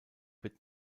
wird